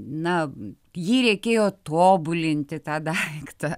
na jį reikėjo tobulinti tą daiktą